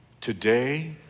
Today